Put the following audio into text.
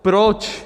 Proč?